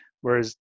whereas